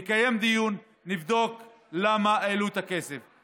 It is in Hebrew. נקיים דיון, נבדוק למה העלו את הכסף.